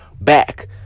back